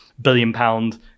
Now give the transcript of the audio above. billion-pound